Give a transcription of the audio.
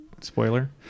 Spoiler